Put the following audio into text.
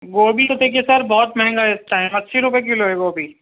گوبھی تو دیکھیے سر بہت مہنگا ہے اِس ٹائم اَسّی روپئے کلو ہے گوبھی